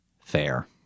fair